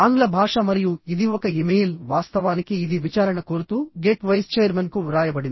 ఆంగ్ల భాష మరియు ఇది ఒక ఇమెయిల్ వాస్తవానికి ఇది విచారణ కోరుతూ గేట్ వైస్ ఛైర్మన్కు వ్రాయబడింది